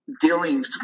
dealing